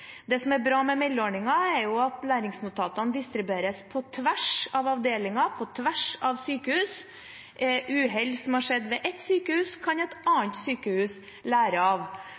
Det som er bra med meldeordningen, er at læringsnotatene distribueres på tvers av avdelinger, på tvers av sykehus. Uhell som har skjedd ved ett sykehus, kan et annet sykehus lære av.